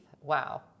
Wow